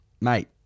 Mate